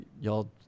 Y'all